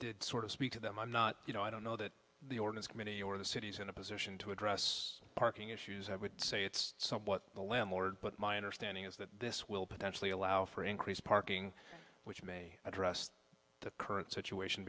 did sort of speak to them i'm not you know i don't know that the orders committee or the city's in a position to address parking issues i would say it's somewhat the landlord but my understanding is that this will potentially allow for increased parking which may address the current situation